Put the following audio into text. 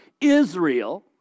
Israel